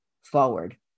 forward